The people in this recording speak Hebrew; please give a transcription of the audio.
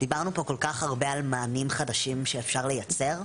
דיברנו פה כל כך הרבה על מענים חדשים שאפשר לייצר,